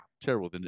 terrible